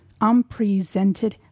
Unpresented